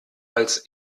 als